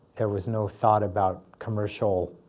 there was no thought about commercial